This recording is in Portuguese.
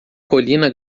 colina